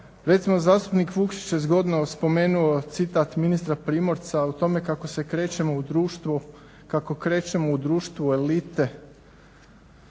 Recimo zastupnik Vukšić je zgodno spomenuo citat ministra Primorca o tome kako se krećemo u društvu, kako krećemo u društvo elite.